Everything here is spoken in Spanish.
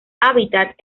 hábitat